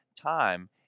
time